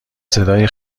صدای